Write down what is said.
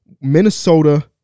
Minnesota